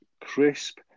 crisp